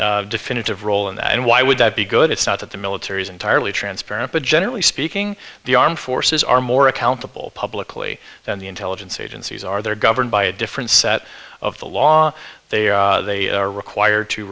more definitive role in that and why would that be good it's not that the military is entirely transparent but generally speaking the armed forces are more accountable publicly than the intelligence agencies are they're governed by a different set of the law they are they are required to